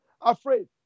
afraid